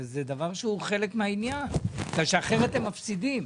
זה דבר שהוא חלק מהעניין, אחרת הם מפסידים.